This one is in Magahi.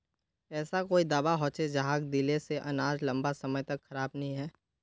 ऐसा कोई दाबा होचे जहाक दिले से अनाज लंबा समय तक खराब नी है?